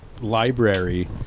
library